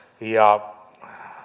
ja